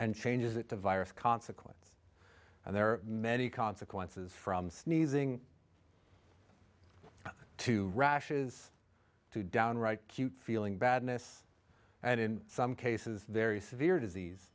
and changes it to virus consequence and there are many consequences from sneezing to rashes to downright cute feeling badness and in some cases very severe disease